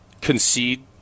concede